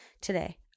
Today